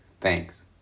Thanks